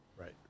Right